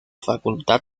facultad